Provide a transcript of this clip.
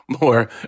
more